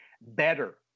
better